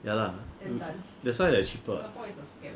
ya lah that's why they are cheaper [what]